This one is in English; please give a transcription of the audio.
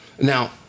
now